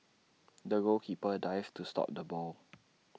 the goalkeeper dived to stop the ball